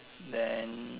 then